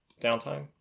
downtime